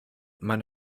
meine